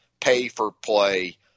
pay-for-play